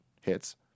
hits